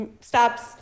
stops